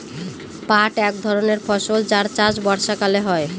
পাট এক ধরনের ফসল যার চাষ বর্ষাকালে হয়